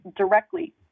directly